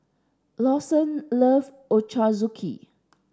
Lawson love Ochazuke